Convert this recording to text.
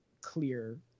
clear